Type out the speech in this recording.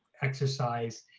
exercise,